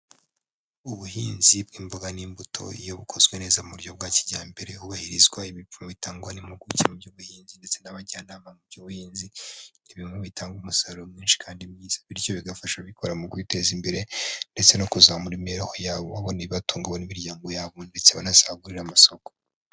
Ubuhinzi bw'imboga n'imbuto iyo bukozwe neza mu buryo bwa kijyambere hubahirizwa ibipimo bitangwa n'impuguke mu by'ubuhinzi ndetse n'abajyanama mu by'ubuhinzi, ni bimwe bitanga umusaruro mwinshi kandi mwiza, bityo bigafasha abikora mu kwiteza imbere ndetse no kuzamura imibereho yabo babona ibatunga hamwe n'imiryango yabo ndetse banasagurira amasoko.